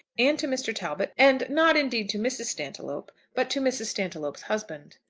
and to mr. talbot and not, indeed, to mrs. stantiloup, but to mrs. stantiloup's husband.